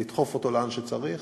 לדחוף אותו לאן שצריך,